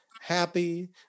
Happy